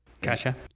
Gotcha